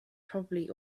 probably